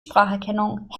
spracherkennung